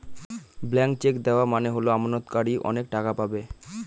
blank cheque দেওয়া মানে হল আমানতকারী অনেক টাকা পাবে